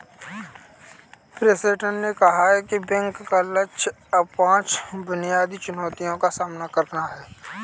Preston ने कहा कि बैंक का लक्ष्य अब पांच बुनियादी चुनौतियों का सामना करना है